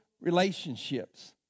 relationships